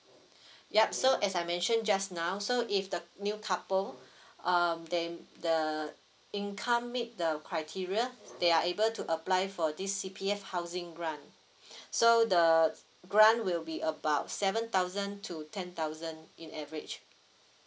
ya so as I mention just now so if the new couple um then the income meet the criteria they are able to apply for this C_P_F housing grant so the grant will be about seven thousand to ten thousand in average